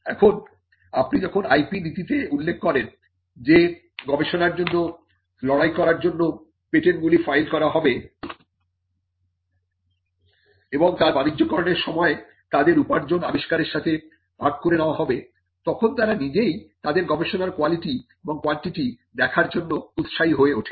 এখন আপনি যখন IP নীতিতে উল্লেখ করেন যে গবেষণার জন্য লড়াই করার জন্য পেটেন্ট গুলি ফাইল করা হবে এবং তারা বাণিজ্যকরনের সময় তাদের উপার্জন আবিস্কারকের সাথে ভাগ করে নেওয়া হবে তখন তারা নিজেই তাদের গবেষণার কোয়ালিটি এবং কোয়ান্টিটি দেখার জন্য উৎসাহী হয়ে ওঠে